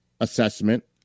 assessment